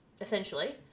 essentially